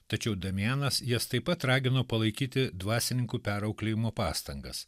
tačiau damianas jas taip pat ragino palaikyti dvasininkų perauklėjimo pastangas